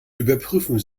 überprüfen